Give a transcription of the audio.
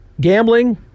Gambling